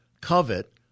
Covet